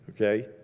Okay